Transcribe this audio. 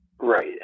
Right